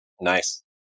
nice